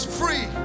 free